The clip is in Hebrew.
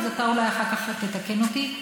אז אתה אולי אחר כך תתקן אותי,